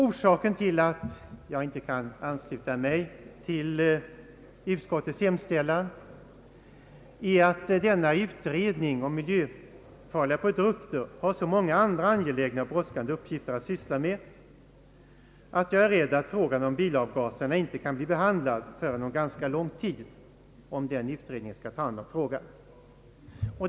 Orsaken till att jag inte kan ansluta mig till utskottets hemställan är att den nämnda utredningen har så många andra angelägna och brådskande uppgifter att syssla med att jag är rädd att frågan om bilavgaserna inte kan bli behandlad förrän om ganska lång tid.